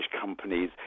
companies